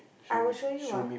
I will show you ah